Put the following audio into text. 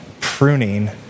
pruning